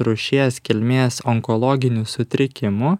rūšies kilmės onkologinių sutrikimų